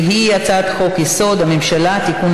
והיא הצעת חוק-יסוד: הממשלה (תיקון,